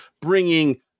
bringing